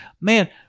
Man